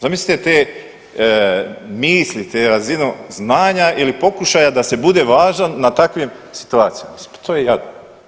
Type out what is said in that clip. Zamislite te misli, te razinu znanja ili pokušaja da se bude važan na takvim situacijama, pa to je jadno.